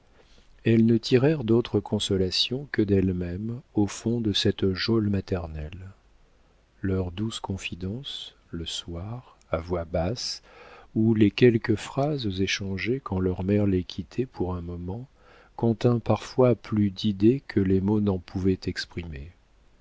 elles ne tirèrent d'autre consolation que d'elles-mêmes au fond de cette geôle maternelle leurs douces confidences le soir à voix basse ou les quelques phrases échangées quand leur mère les quittait pour un moment continrent parfois plus d'idées que les mots n'en pouvaient exprimer